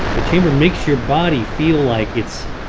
the chamber makes your body feel like it's.